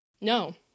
No